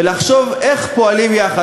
ולחשוב איך פועלים יחד.